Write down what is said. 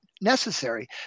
necessary